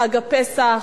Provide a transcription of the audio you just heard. חג הפסח,